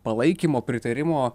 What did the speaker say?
palaikymo pritarimo